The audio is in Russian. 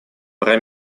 пора